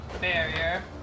barrier